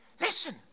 Listen